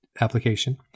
application